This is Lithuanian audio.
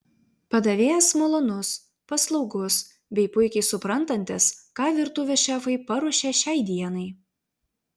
padavėjas malonus paslaugus bei puikiai suprantantis ką virtuvės šefai paruošė šiai dienai